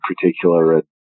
particular